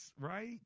right